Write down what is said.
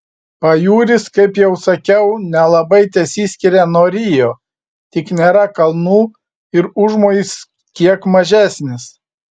pajūris kaip jau sakiau nelabai tesiskiria nuo rio tik nėra kalnų ir užmojis kiek mažesnis